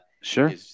sure